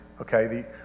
okay